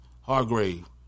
Hargrave